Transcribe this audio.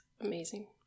amazing